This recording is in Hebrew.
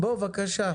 בוא, בבקשה.